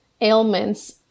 ailments